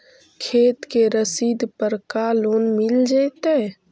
खेत के रसिद पर का लोन मिल जइतै?